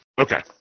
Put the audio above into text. Okay